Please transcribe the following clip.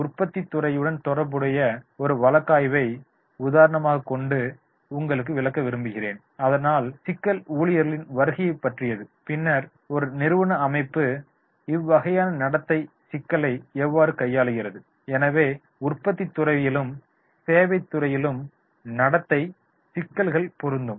உற்பத்தித் துறையுடன் தொடர்புடைய ஒரு வழக்காய்வை உதாரணமாக கொண்டு உங்களுக்கு விளக்க விரும்புகிறேன் ஆனால் சிக்கல் ஊழியர்களின் வருகையைப் பற்றியது பின்னர் ஒரு நிறுவன அமைப்பு இவ்வகையான நடத்தை சிக்கலை எவ்வாறு கையாளுகிறது எனவே உற்பத்தித் துறையிலும் சேவைத் துறையிலும் நடத்தை சிக்கல்கள் பொருந்தும்